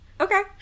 Okay